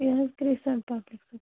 یہِ حظ crescent public school